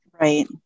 Right